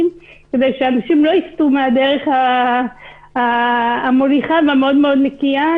כדי שאנשים לא יסטו מהדרך המוליכה והמאוד נקייה.